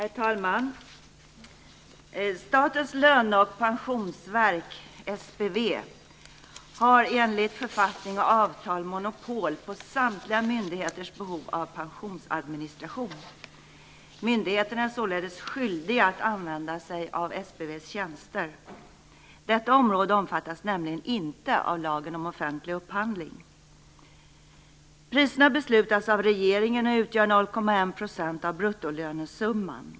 Herr talman! Statens löne och pensionsverk, SPV, har enligt författning och avtal monopol på samtliga myndigheters behov av pensionsadministration. Myndigheterna är således skyldiga att använda sig av SPV:s tjänster. Detta område omfattas nämligen inte av lagen om offentlig upphandling. Priserna beslutas av regeringen och utgör 0,1 % av bruttolönesumman.